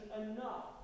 enough